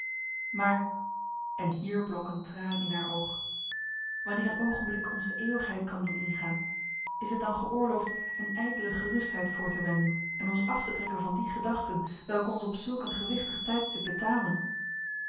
maar en hier blonk een traan in haar oog wanneer een oogenblik ons de eeuwigheid kan doen ingaan is het dan geoorloofd een ijdele gerustheid voor te wenden en ons af te trekken van die gedachten welke ons op zulk een gewichtig tijdstip betamen